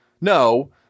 no